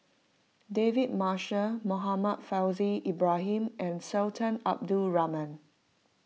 David Marshall Muhammad Faishal Ibrahim and Sultan Abdul Rahman